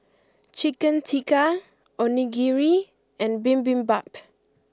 Chicken Tikka Onigiri and Bibimbap